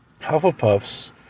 Hufflepuffs